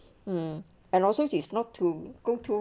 um and also is not to go to